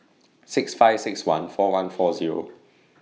six five six one four one four Zero